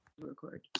record